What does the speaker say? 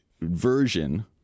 version